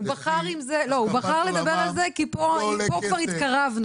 לא, הוא בחר לדבר על זה כי פה כבר התקרבנו.